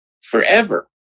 forever